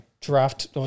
draft